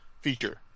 feature